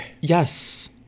Yes